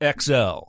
XL